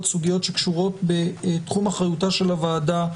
סוגיות שקשורות בתחום אחריותה של הוועדה,